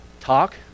talk